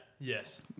Yes